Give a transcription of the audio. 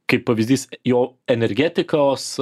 kaip pavyzdys jo energetikos